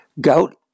Gout